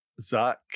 zach